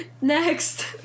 Next